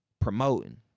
promoting